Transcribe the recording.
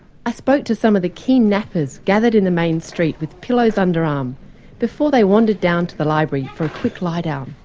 i spoke to some of the keen nappers gathered in the main street with pillows underarm before they wandered down to the library for a quick lie down.